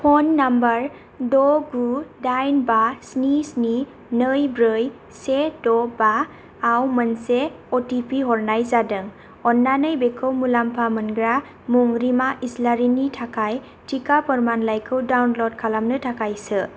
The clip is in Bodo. फन नम्बर द' गु दाइन बा स्नि स्नि नै से द' बा आव मोनसे अ टि पि हरनाय जादों अन्नानै बेखौ मुलामफा मोनग्रा मुं रिमा इसलारिनि थाखाय टिका फोरमानलाइखौ डाउनल'ड खालामनो थाखाय सो